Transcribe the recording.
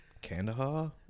Kandahar